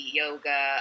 yoga